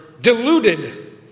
deluded